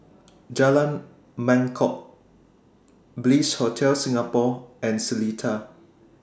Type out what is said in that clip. Jalan Mangkok Bliss Hotel Singapore and Seletar